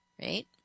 right